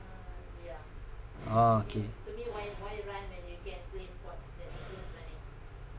orh okay